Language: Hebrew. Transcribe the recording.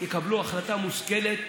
וההורים יקבלו החלטה מושכלת,